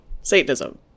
Satanism